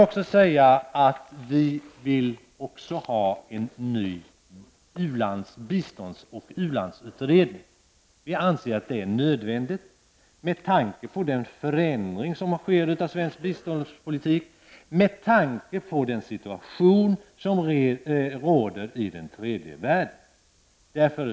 Dessutom vill vi ha en ny biståndsoch u-landsutredning. Vi anser att det är nödvändigt, med tanke på den förändring som sker beträffande svensk biståndspolitik och med tanke på den situation som råder i tredje världen.